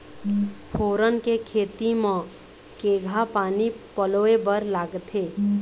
फोरन के खेती म केघा पानी पलोए बर लागथे?